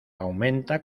aumenta